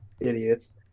idiots